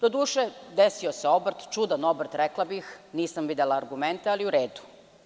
Desio se obrt, čudan obrt rekla bih, nisam videla argumente, ali u redu.